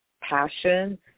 passion